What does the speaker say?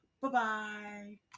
Bye-bye